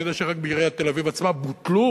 אני יודע שרק בעיריית תל-אביב עצמה בשנת